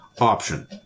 option